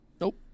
Nope